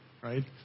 right